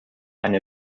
eine